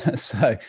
ah so,